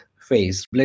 phase